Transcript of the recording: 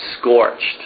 scorched